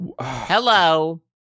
Hello